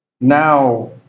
now